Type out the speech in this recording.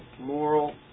moral